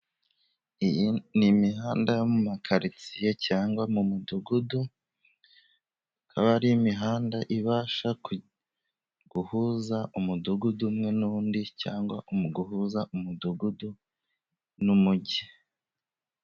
Iyi ni imihanda yo mu makaritsiye, cyangwa mu mudugudu. Akaba ari imihanda ibasha guhuza umudugudu umwe n'undi, cyangwa mu guhuza umudugudu n'umujyi.